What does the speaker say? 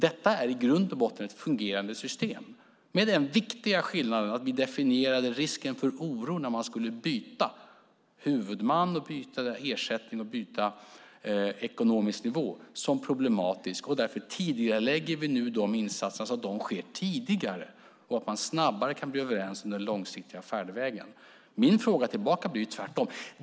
Detta är i grund och botten ett fungerande system, med den viktiga skillnaden att vi definierade risken för oro vid byte av huvudman, ersättning och ekonomisk nivå som problematisk. Därför tidigarelägger vi de insatserna, så att man snabbare kan bli överens om den långsiktiga färdvägen.